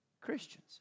Christians